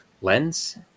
lens